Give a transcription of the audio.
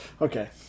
Okay